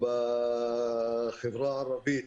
בחברה הערבית.